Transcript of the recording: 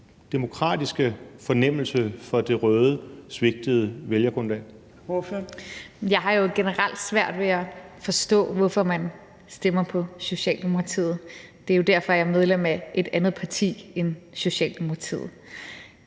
(Trine Torp): Ordføreren. Kl. 16:18 Rosa Lund (EL): Jeg har generelt svært ved at forstå, hvorfor man stemmer på Socialdemokratiet. Det er jo derfor, jeg er medlem af et andet parti end Socialdemokratiet.